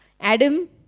Adam